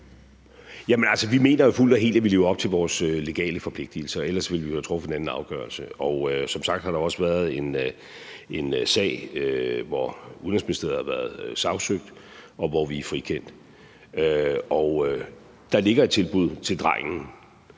Vi mener jo, at vi fuldt og helt lever op til vores legale forpligtelser, og ellers ville vi jo have truffet en anden afgørelse. Som sagt har der også været en sag, hvor Udenrigsministeriet har været sagsøgt, og hvor vi er frikendt. Der ligger et tilbud til drengen,